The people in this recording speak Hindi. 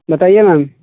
बताइए मैम